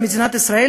במדינת ישראל,